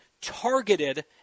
targeted